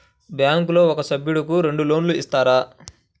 బ్యాంకులో ఒక సభ్యుడకు రెండు లోన్లు ఇస్తారా?